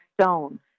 Stone